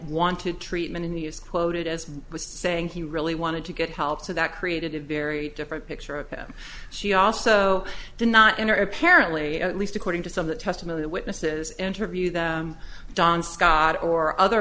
wanted treatment in the is quoted as saying he really wanted to get help so that created a very different picture of him she also did not enter apparently at least according to some of the testimony the witnesses interview that john scott or other